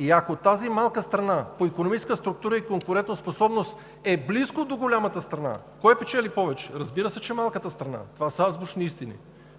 и ако тази малка страна по икономическа структура и конкурентоспособност е близо до голямата страна, кой печели повече? Разбира се, че малката страна. Това са азбучни истини.